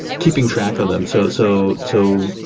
keeping track of them. so, so so,